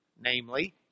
Namely